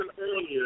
earlier